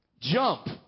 jump